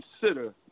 consider